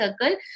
circle